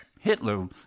Hitler